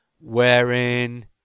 wherein